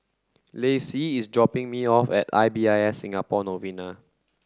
Lacey is dropping me off at I b I S Singapore Novena